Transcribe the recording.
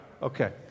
Okay